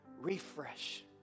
refresh